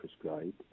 prescribed